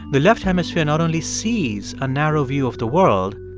the left hemisphere not only sees a narrow view of the world,